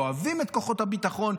אוהבים את כוחות הביטחון,